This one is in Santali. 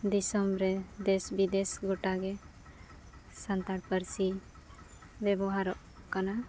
ᱫᱤᱥᱚᱢᱨᱮ ᱫᱮᱥ ᱵᱤᱫᱮᱥ ᱜᱚᱴᱟᱜᱮ ᱥᱟᱱᱛᱟᱲ ᱯᱟᱹᱨᱥᱤ ᱵᱮᱵᱚᱦᱟᱨᱚᱜ ᱠᱟᱱᱟ